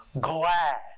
glad